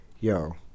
Yo